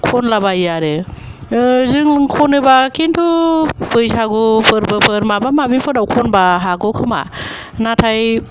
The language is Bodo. खनलाबायो आरो ओ जों खनोब्ला खिन्थु बैसागु फोरबोफोर माबा माबिफोराव खनब्ला हागौ खोमा नाथाय